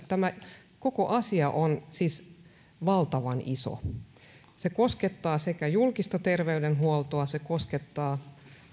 tämä koko asia on valtavan iso se koskettaa sekä julkista terveydenhuoltoa se koskettaa